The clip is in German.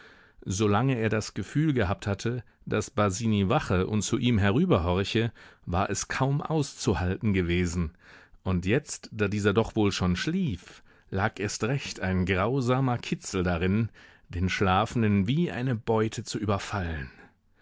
solange er das gefühl gehabt hatte daß basini wache und zu ihm herüber horche war es kaum auszuhalten gewesen und jetzt da dieser doch wohl schon schlief lag erst recht ein grausamer kitzel darin den schlafenden wie eine beute zu überfallen